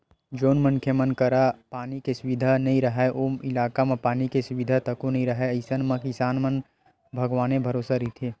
जउन मनखे मन करा पानी के सुबिधा नइ राहय ओ इलाका म पानी के सुबिधा तको नइ राहय अइसन म किसान मन भगवाने भरोसा रहिथे